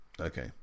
Okay